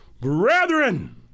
Brethren